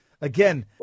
Again